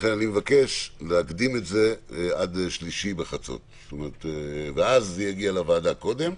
לכן אני מבקש להקדים את זה עד שלישי בחצות ואז זה יגיע לוועדה קודם.